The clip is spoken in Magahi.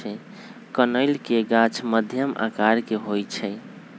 कनइल के गाछ मध्यम आकर के होइ छइ